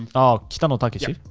ah, oh, kitano takeshi.